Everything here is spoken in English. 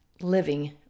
living